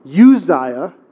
Uzziah